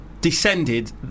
descended